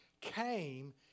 came